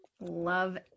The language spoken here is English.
Love